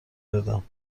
دادم